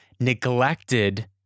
neglected